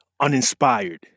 uninspired